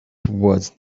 toward